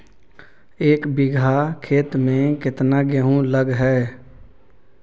एक बिघा खेत में केतना गेहूं लग है?